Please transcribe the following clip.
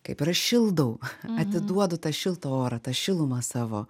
kaip ir aš šildau atiduodu tą šiltą orą tą šilumą savo